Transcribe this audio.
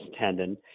tendon